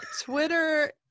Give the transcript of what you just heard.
Twitter